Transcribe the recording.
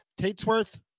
Tatesworth